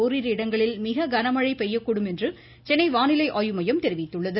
ஓரிரு இடங்களில் மிக கன மழை பெய்யக்கூடும் என சென்னை வானிலை ஆய்வு மையம் தெரிவித்துள்ளது